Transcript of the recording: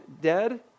dead